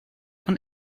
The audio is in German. von